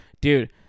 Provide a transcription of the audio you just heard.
Dude